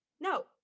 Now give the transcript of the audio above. no